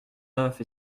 neuf